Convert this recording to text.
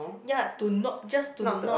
ya to not just to not